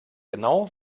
genau